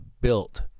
built